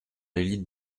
l’élite